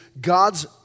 God's